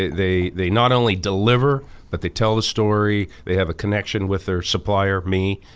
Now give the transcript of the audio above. they they not only deliver but they tell the story, they have a connection with their supplier, me,